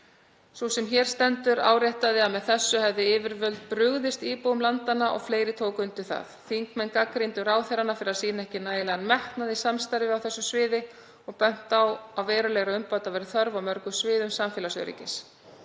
Dögg Gunnarsdóttir áréttaði að með þessu hefðu yfirvöld brugðist íbúum landanna og fleiri tóku undir það. Þingmenn gagnrýndu ráðherrana fyrir að sýna ekki nægilegan metnað í samstarfinu á þessu sviði og bentu á að verulegra umbóta væri þörf á mörgum sviðum samfélagsöryggis.